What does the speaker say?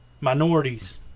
Minorities